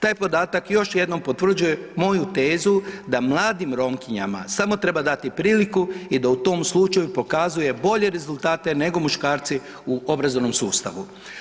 Taj podataka još jednom potvrđuje moju tezu da mladim Romkinjama samo treba dati priliku i da u tom slučaju pokazuje bolje rezultate nego muškarci u obrazovnom sustavu.